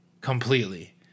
completely